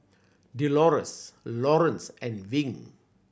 Delores Laurence and Wing